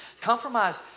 Compromise